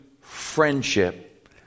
friendship